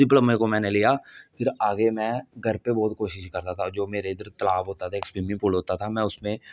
उ डिपलामे को मैने लिया फिर आगे में घर पे बहुत कोशिश करता था जो मेरे इधर तला होता था इक स्बिमिंग पूल होता था मेरे इधर